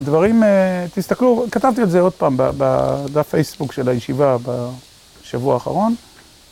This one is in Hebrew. דברים, תסתכלו, כתבתי על זה עוד פעם בדף פייסבוק של הישיבה בשבוע האחרון.